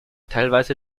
teilweise